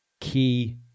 key